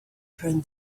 turn